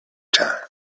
time